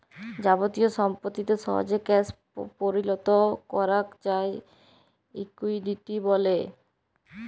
যাবতীয় সম্পত্তিকে সহজে ক্যাশ পরিলত করাক যায় লিকুইডিটি ব্যলে